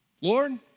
Lord